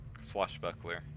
Swashbuckler